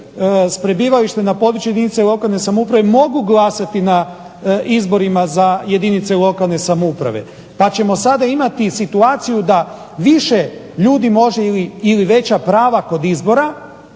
s prebivalištem na području jedinice lokalne samouprave mogu glasati na izborima za jedinice lokalne samouprave pa ćemo sada imati i situaciju da više ljudi može ili veća prava kod izbora,